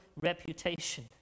reputation